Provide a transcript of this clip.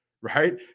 right